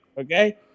Okay